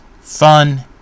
fun